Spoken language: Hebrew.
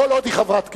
כל עוד היא חברת כנסת.